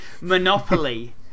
monopoly